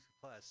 plus